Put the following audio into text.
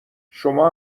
شما